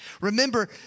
Remember